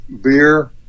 beer